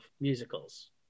musicals